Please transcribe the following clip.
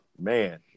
Man